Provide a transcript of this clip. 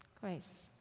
grace